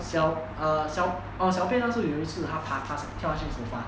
小 err 小 err 小便那时有一次它爬跳上去 sofa